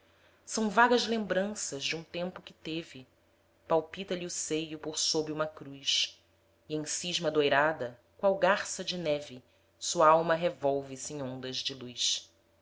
são vagas lembranças de um tempo que teve palpita lhe o seio por sob uma cruz e em cisma doirada qual garça de neve sua alma revolve se em ondas de luz